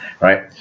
right